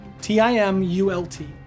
T-I-M-U-L-T